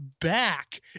back